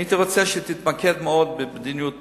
הייתי רוצה שתתמקד מאוד במדיניות פנים.